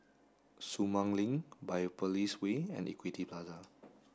Sumang Link Biopolis Way and Equity Plaza